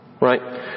Right